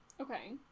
Okay